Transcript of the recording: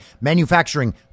manufacturing